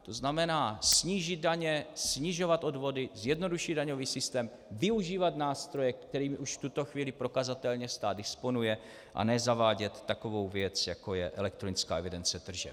To znamená snížit daně, snižovat odvody, zjednodušit daňový systém, využívat nástroje, kterými už v tuto chvíli prokazatelně stát disponuje, a ne zavádět takovou věc, jako je elektronická evidence tržeb.